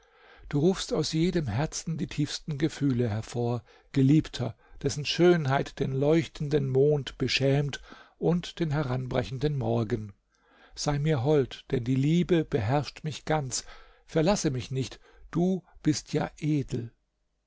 du rufst aus jedem herzen die tiefsten gefühle hervor geliebter dessen schönheit den leuchtenden mond beschämt und den heranbrechenden morgen sei mir hold denn die liebe beherrscht mich ganz verlasse mich nicht du bist ja edel